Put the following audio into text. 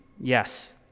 Yes